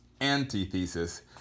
antithesis